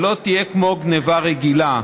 שלא תהיה כמו גנבה רגילה.